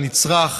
הנצרך,